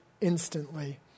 instantly